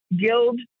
Guild